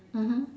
mmhmm